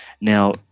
Now